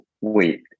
Wait